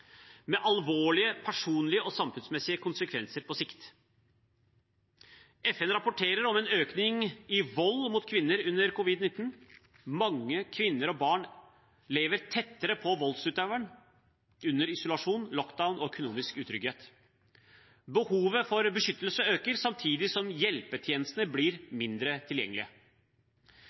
med alvorlige personlige og samfunnsmessige konsekvenser på sikt. FN rapporterer om en økning i vold mot kvinner under covid-19. Mange kvinner og barn lever tettere på voldsutøveren under isolasjon, lockdown og økonomisk utrygghet. Behovet for beskyttelse øker, samtidig som hjelpetjenestene blir mindre tilgjengelige.